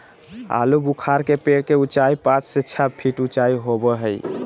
आलूबुखारा के पेड़ के उचाई पांच से छह फीट ऊँचा होबो हइ